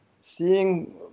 Seeing